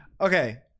okay